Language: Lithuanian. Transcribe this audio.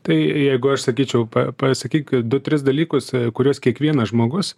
tai jeigu aš sakyčiau pasakyk du tris dalykus kuriuos kiekvienas žmogus